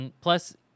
plus